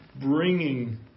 bringing